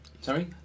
Sorry